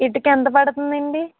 ఇటుక ఎంత పడుతుందండి